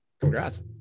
congrats